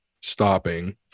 stopping